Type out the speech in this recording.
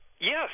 Yes